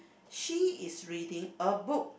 she is reading a book